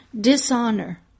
dishonor